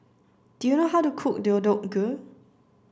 do you know how to cook Deodeok Gui